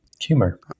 humor